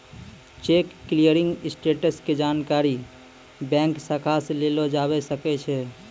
cheque clearing status के जानकारी bank शाखा से लेलो जाबै सकै छै